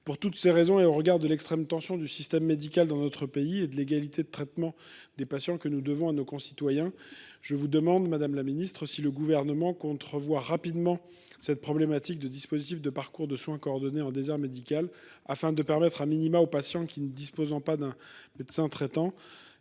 Pour toutes ces raisons, au regard de l’extrême tension du système médical dans notre pays et de l’égalité de traitement entre patients que nous devons à nos concitoyens, je vous demande, madame la ministre, si le Gouvernement compte affronter rapidement la problématique du parcours de soins coordonnés en désert médical, de manière à offrir aux patients qui ne disposent pas d’un médecin traitant